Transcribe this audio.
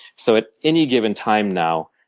so at any given time now,